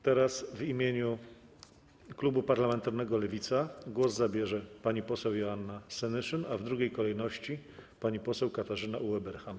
Teraz w imieniu klubu parlamentarnego Lewica głos zabierze pani poseł Joanna Senyszyn, a w drugiej kolejności pani poseł Katarzyna Ueberhan.